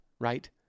right